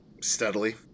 steadily